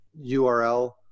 URL